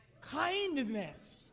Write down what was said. kindness